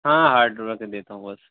ہاں hardware کی دیتا ہوں بس